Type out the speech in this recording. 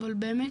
אבל באמת,